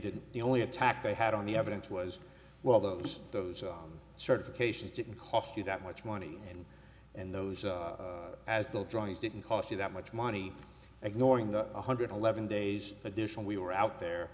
didn't the only attack they had on the evidence was well those those certifications didn't cost you that much money and and those as the drawings didn't cost you that much money ignoring the one hundred eleven days addition we were out there